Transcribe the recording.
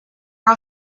are